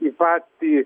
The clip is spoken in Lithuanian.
į patį